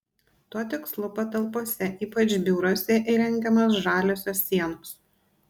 tuo tikslu patalpose ypač biuruose įrengiamos žaliosios sienos